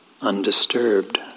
undisturbed